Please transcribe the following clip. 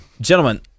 Gentlemen